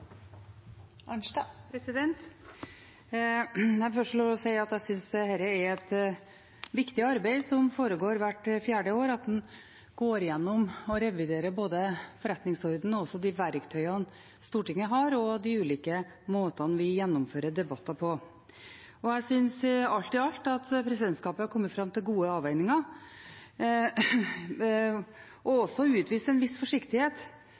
et viktig arbeid som foregår hver fjerde år: at en går gjennom og reviderer både forretningsordenen, de verktøyene Stortinget har, og de ulike måtene vi gjennomfører debatter på. Jeg synes alt i alt at presidentskapet har kommet fram til gode avveininger og også utvist en viss forsiktighet,